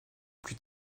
plus